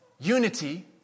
unity